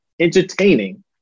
entertaining